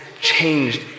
changed